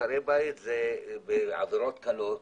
מעצרי בית בעבירות קלות,